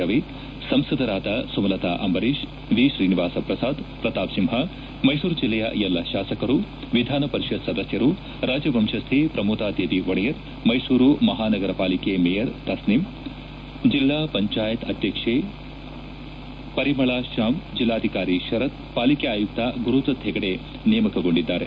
ರವಿ ಸಂಸದರಾದ ಸುಮಲತಾ ಅಂಬರೀಶ್ ವಿತ್ರೀನಿವಾಸ ಪ್ರಸಾದ್ ಪ್ರತಾಪ್ಸಿಂಹ ಮೈಸೂರು ಜಿಲ್ಲೆಯ ಎಲ್ಲ ಶಾಸಕರು ವಿಧಾನಪರಿಷತ್ ಸದಸ್ಟರು ರಾಜವಂಶಸ್ಥೆ ಪ್ರಮೋದ ದೇವಿ ಒಡೆಯರ್ ಮೈಸೂರು ಮಹಾನಗರ ಪಾಲಿಕೆ ಮೇಯರ್ ತಸ್ನಿಮ್ ಜಿಲ್ಲಾ ಪಂಚಾಯತ್ ಅಧ್ಯಕ್ಷೆ ಪರಿಮಳಾ ಶಾಮ್ ಜಿಲ್ಲಾಧಿಕಾರಿ ಶರತ್ ಪಾಲಿಕೆ ಆಯುಕ್ತ ಗುರುದತ್ ಹೆಗಡೆ ನೇಮಕಗೊಂಡಿದ್ದಾರೆ